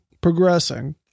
progressing